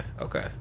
Okay